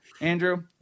Andrew